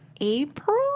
April